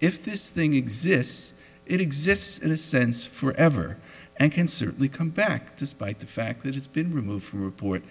if this thing exists it exists in a sense for ever and certainly compact despite the fact that it's been removed from report